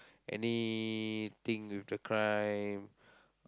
anything with the crime